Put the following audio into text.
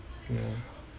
yeah